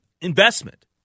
investment